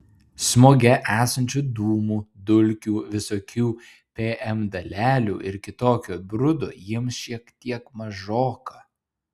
smoge esančių dūmų dulkių visokių pm dalelių ir kitokio brudo jiems šiek tiek mažoka